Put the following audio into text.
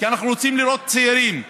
כי אנחנו רוצים לראות צעירים.